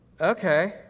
okay